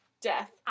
death